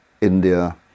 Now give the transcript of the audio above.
India